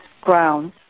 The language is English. grounds